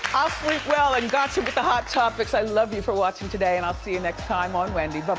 i'll sleep well and got you with the hot topics. i love you for watching today, and i'll see you next time on wendy. but